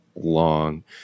long